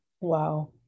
Wow